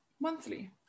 monthly